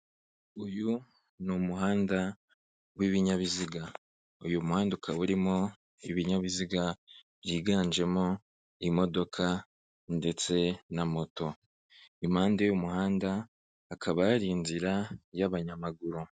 Uyu ni umuhanda w'ibinyabiziga, uyu muhanda ukaba urimo ibinyabiziga byiganjemo imodoka ndetse na moto, impande y'umuhanda hakaba hari inzira y'abanyamaguru.